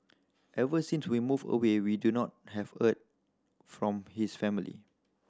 ever since to we moved away we do not have heard from his family